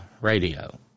radio